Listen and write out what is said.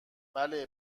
بله